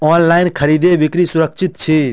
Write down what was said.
online खरीदै बिक्री सुरक्षित छी